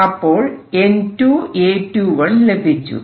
അപ്പോൾ N2A21 ലഭിച്ചു